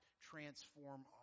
transform